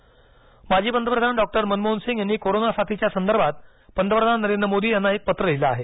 मनमोहन सिंग पत्र माजी पंतप्रधान डॉक्टर मनमोहन सिंग यांनी कोरोना साथीच्या संदर्भात पंतप्रधान नरेंद्र मोदी यांना एक पत्र लिहिलं आहे